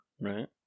Right